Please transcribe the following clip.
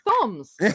thumbs